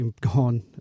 gone